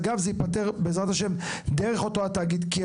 אגב, זה ייפתר, בעזרת השם, דרך אותו תאגיד.